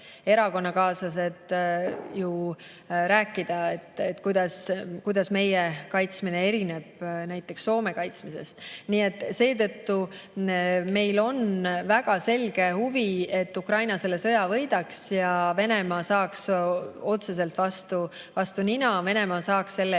erakonnakaaslased rääkida, kuidas meie kaitsmine erineb näiteks Soome kaitsmisest. Nii et seetõttu meil on väga selge huvi, et Ukraina selle sõja võidaks ja Venemaa saaks otseselt vastu nina, et Venemaa saaks selle